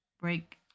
Break